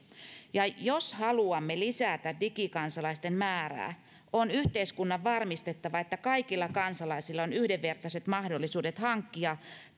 jos haluamme lisätä digikansalaisten määrää on yhteiskunnan varmistettava että kaikilla kansalaisilla on yhdenvertaiset mahdollisuudet hankkia